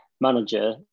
manager